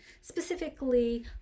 specifically